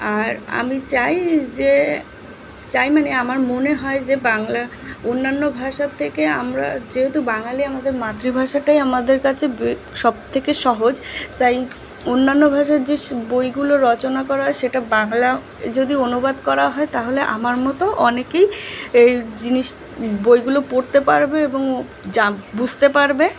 আর আমি চাই যে চাই মানে আমার মনে হয় যে বাংলা অন্যান্য ভাষার থেকে আমরা যেহেতু বাঙালি আমাদের মাতৃভাষাটাই আমাদের কাছে বে সবথেকে সহজ তাই অন্যান্য ভাষার যে বইগুলো রচনা করা হয় সেটা বাংলা যদি অনুবাদ করা হয় তাহলে আমার মতো অনেকেই এই জিনিস বইগুলো পড়তে পারবে এবং যেমন বুঝতে পারবে